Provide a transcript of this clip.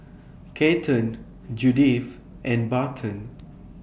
Kathern Judith and Barton